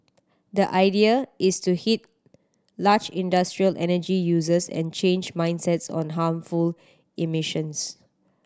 the idea is to hit large industrial energy users and change mindsets on harmful emissions